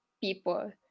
people